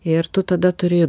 ir tu tada turi